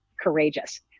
courageous